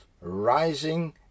rising